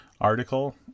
article